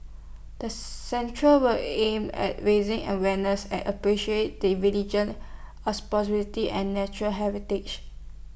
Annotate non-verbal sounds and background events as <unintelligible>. the centre will aim at raising awareness and appreciate the religion's <unintelligible> and natural heritage